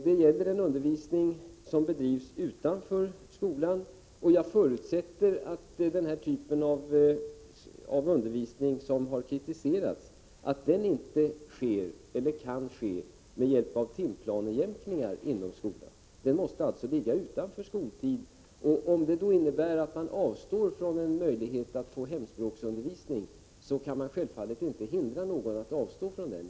Det gäller en undervisning som bedrivs utanför skolan, och jag förutsätter att den typ av undervisning som har kritiserats inte sker eller inte kan ske med hjälp av timplanejämkningar inom skolan. Den måste alltså förläggas utom skoltid. Om detta innebär att någon avstår från en möjlighet att få hemspråksundervisning, så kan man självfallet inte hindra vederbörande från detta.